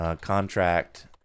contract